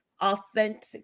authentic